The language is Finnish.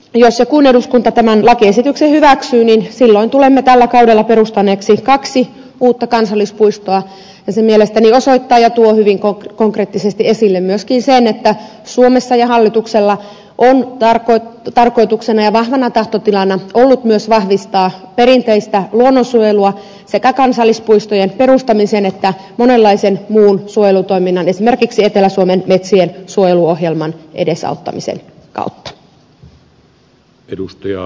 jos ja kun eduskunta tämän lakiesityksen hyväksyy silloin tulemme tällä kaudella perustaneeksi kaksi uutta kansallispuistoa ja se mielestäni osoittaa ja tuo hyvin konkreettisesti esille myöskin sen että suomessa ja hallituksella on tarkoituksena ja vahvana tahtotilana ollut myös vahvistaa perinteistä luonnonsuojelua sekä kansallispuistojen perustamisen että monenlaisen muun suojelutoiminnan esimerkiksi etelä suomen metsiensuojeluohjelman edesauttamisen kautta